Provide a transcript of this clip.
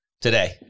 today